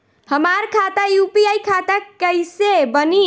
हमार खाता यू.पी.आई खाता कइसे बनी?